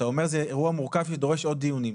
אתה אומר זה אירוע מורכב שדורש עוד דיונים.